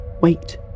Wait